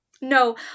No